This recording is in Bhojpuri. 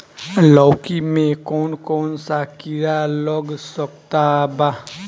लौकी मे कौन कौन सा कीड़ा लग सकता बा?